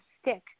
stick